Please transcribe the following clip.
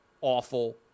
awful